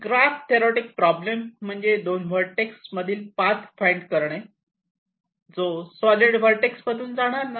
graph theoretic problem म्हणजे दोन vertex मधील पाथ फाईंड करणे जो सॉलिड व्हर्टेक्स मधून जाणार नाही